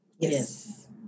Yes